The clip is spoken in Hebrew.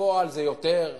בפועל זה יותר,